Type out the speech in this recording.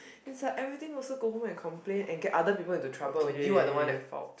it's like everything also go home and complain and get other people into trouble but you are the one at fault